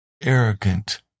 Arrogant